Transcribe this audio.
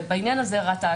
ובעניין הזה רת"א,